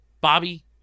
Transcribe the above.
Bobby